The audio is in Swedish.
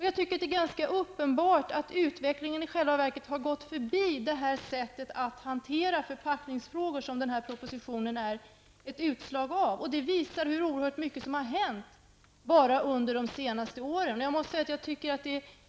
Jag tycker det är ganska uppenbart att utvecklingen gått förbi sätt att hantera förpackningsfrågor som denna proposition är ett utslag av. Det visar också det som har hänt bara under de senaste åren.